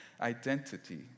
identity